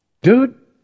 Dude